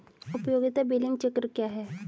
उपयोगिता बिलिंग चक्र क्या है?